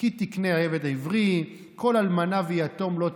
"כי תקנה עבד עברי", "כל אלמנה ויתום לא תענון"